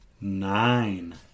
Nine